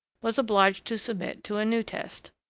was obliged to submit to a new test.